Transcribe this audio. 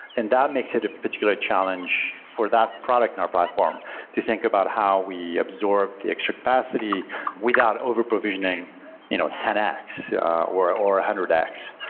and that makes it a particular challenge for that product in our platform to think about how we absorb the extra capacity without over provisioning you know ten x yeah or one hundred x,